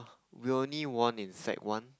we only won in sec one